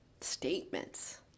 statements